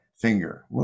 finger